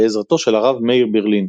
בעזרתו של הרב מאיר ברלין.